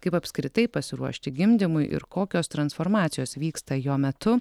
kaip apskritai pasiruošti gimdymui ir kokios transformacijos vyksta jo metu